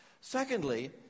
Secondly